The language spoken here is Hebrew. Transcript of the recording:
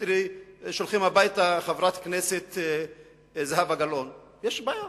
ושולחים הביתה את חברת הכנסת זהבה גלאון יש בעיה,